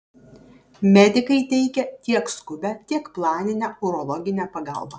medikai teikia tiek skubią tiek planinę urologinę pagalbą